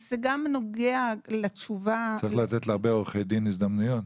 זה גם נוגע לתשובה --- צריך לתת להרבה עורכי דין הזדמנויות?